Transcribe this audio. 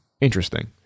Interesting